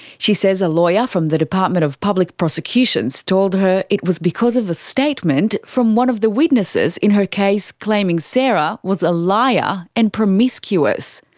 she says a lawyer from the department of public prosecutions told her it was because of a statement from one of the witnesses in her case claiming sarah was a liar and promiscuous.